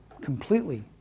completely